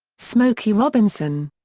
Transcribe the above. smokey robinson.